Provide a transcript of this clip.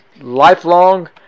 lifelong